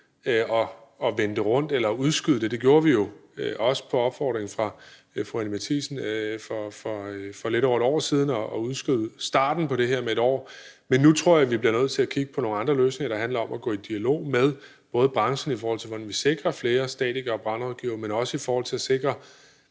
at vende det rundt eller udskyde det. Det gjorde vi jo også på opfordring fra fru Anni Matthiesen for lidt over et år siden, hvor vi udskød starten på det her med et år. Men nu tror jeg, at vi bliver nødt til at kigge på nogle andre løsninger, der handler om at gå i dialog med branchen, i forhold til hvordan vi sikrer flere statikere og brandrådgivere, men også i forhold til at sikre,